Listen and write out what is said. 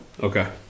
Okay